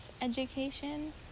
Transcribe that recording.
education